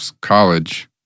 college